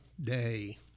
day